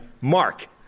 Mark